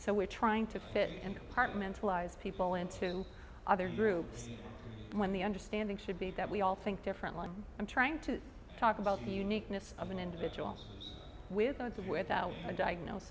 so we're trying to fit in apartments wise people into other groups when the understanding should be that we all think differently i'm trying to talk about the uniqueness of an individual without the without a diagnos